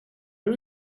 who